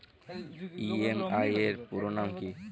EMI এর পুরোনাম কী?